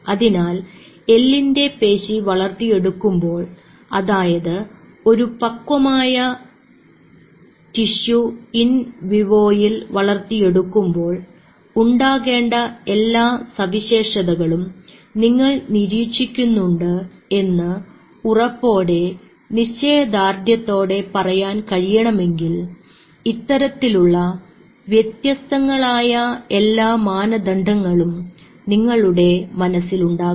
അതിനാൽ എല്ലിൻറെ പേശി വളർത്തിയെടുക്കുമ്പോൾ അതായത് ഒരു പക്വമായ ടിഷ്യു ഇൻ വിവോ യിൽ വളർത്തിയെടുക്കുമ്പോൾ ഉണ്ടാകേണ്ട എല്ലാ സവിശേഷതകളും നിങ്ങൾ നിരീക്ഷിക്കുന്നുണ്ട് എന്ന് ഉറപ്പോടെ നിശ്ചയദാർഢ്യത്തോടെ പറയാൻ കഴിയണമെങ്കിൽ ഇത്തരത്തിലുള്ള വ്യത്യസ്തങ്ങളായ എല്ലാ മാനദണ്ഡങ്ങളും നിങ്ങളുടെ മനസ്സിലുണ്ടാകണം